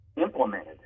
implemented